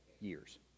years